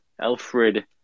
Alfred